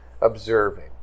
observing